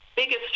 Biggest